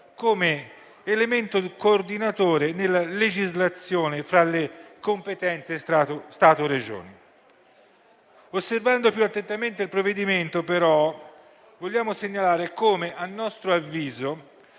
come elemento coordinatore nella legislazione fra le competenze Stato-Regioni. Osservando più attentamente il provvedimento, però, vogliamo segnalare come a nostro avviso